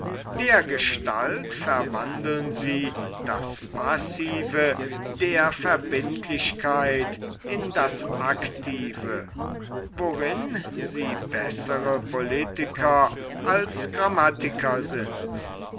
dergestalt verwandeln sie das passive der verbindlichkeit in das aktive worin sie bessere politiker als grammatiker sind